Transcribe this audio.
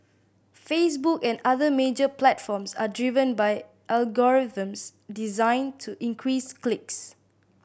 Facebook and other major platforms are driven by algorithms designed to increase clicks